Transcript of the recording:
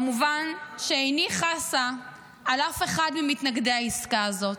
כמובן שאיני חסה על אף אחד ממתנגדי העסקה הזאת.